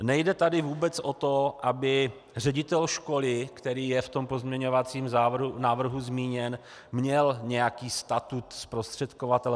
Nejde tady vůbec o to, aby ředitel školy, který je v tom pozměňovacím návrhu zmíněn, měl nějaký statut zprostředkovatele.